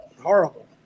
horrible